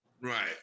Right